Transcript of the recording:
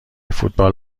فوتبال